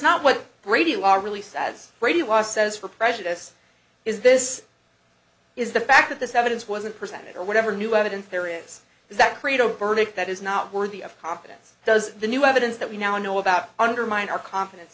brady law says for prejudice is this is the fact that this evidence wasn't presented or whatever new evidence there is that credo verdict that is not worthy of confidence does the new evidence that we now know about undermined our confidence